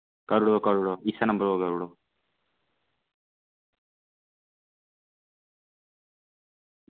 करी ओड़ो करी ओड़ो इस्सै नंबर पर करी ओड़ो